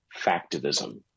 factivism